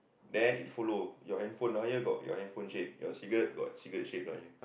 then it follow your handphone down here got your handphone shape your cigarette got cigarette shape down here